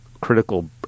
critical